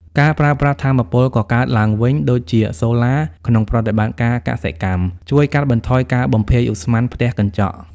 ការប្រើប្រាស់ថាមពលកកើតឡើងវិញដូចជាសូឡា ក្នុងប្រតិបត្តិការកសិកម្ម ជួយកាត់បន្ថយការបំភាយឧស្ម័នផ្ទះកញ្ចក់។